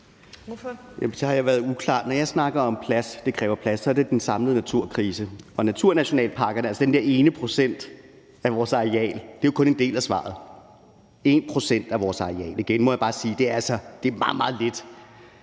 (SF): Jamen så har jeg været uklar. Når jeg snakker om plads, at det kræver plads, er det i forhold til den samlede naturkrise, og naturnationalparkerne, altså den der ene procent af vores areal, er jo kun en del af svaret. Det er 1 pct. af vores areal, og igen må jeg bare sige, at det altså er meget, meget lidt.